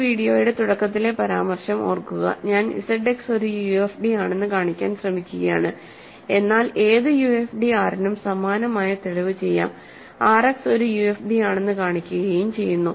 ഈ വീഡിയോയുടെ തുടക്കത്തിലെ പരാമർശം ഓർക്കുക ഞാൻ ZX ഒരു UFD ആണെന്ന് കാണിക്കാൻ ശ്രമിക്കുകയാണ് എന്നാൽ ഏത് UFD R നും സമാനമായ തെളിവ് ചെയ്യാം RX ഒരു UFD ആണെന്ന് കാണിക്കുകയും ചെയ്യുന്നു